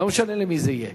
לא משנה מי זה יהיה.